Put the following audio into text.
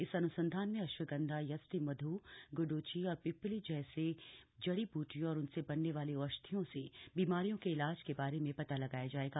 इस अनुसंधान में अश्वगंधा यष्टिमधु गुडुचि और पिप्पली जैसी जडी बूटियों और उनसे बनने वाली औषधियों से बीमारियों के इलाज के बारे में पता लगाया जाएगा